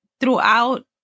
throughout